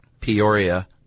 Peoria